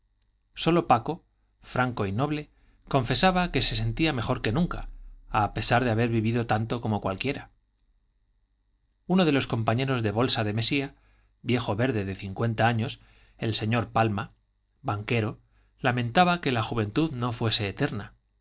sólo paco franco y noble confesaba que se sentía mejor que nunca a pesar de haber vivido tanto como cualquiera uno de los compañeros de bolsa de mesía viejo verde de cincuenta años el señor palma banquero lamentaba que la juventud no fuese eterna